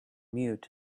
mute